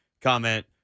Comment